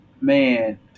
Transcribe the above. Man